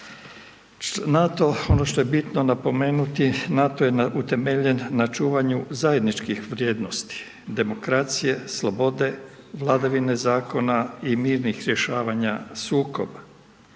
NATO je utemeljen na čuvanju zajedničkih vrijednosti demokracije, slobode, vladavine zakona i mirnih rješavanja sukoba.